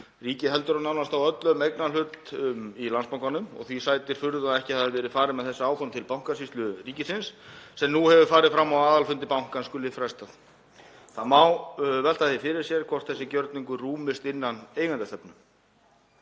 Ríkið heldur á nánast á öllum eignarhlut í Landsbankanum og því sætir furðu að ekki hafi verið farið með þessi áform til Bankasýslu ríkisins sem nú hefur farið fram á að aðalfundi bankans skuli frestað. Það má velta því fyrir sér hvort þessi gjörningur rúmist innan eigendastefnu.